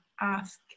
ask